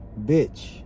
bitch